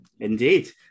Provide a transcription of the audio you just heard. indeed